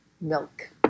milk